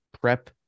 prep